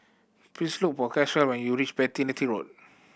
please look for Caswell when you reach Beatty Road